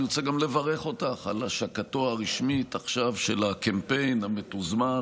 אני רוצה גם לברך אותך על השקתו הרשמית עכשיו של הקמפיין המתוזמר,